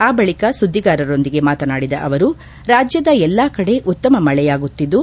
ಆ ಬಳಿಕ ಸುದ್ದಿಗಾರರೊಂದಿಗೆ ಮಾತನಾಡಿದ ಅವರು ರಾಜ್ಯದ ಎಲ್ಲಾ ಕಡೆ ಉತ್ತಮ ಮಳೆಯಾಗುತ್ತಿದ್ದು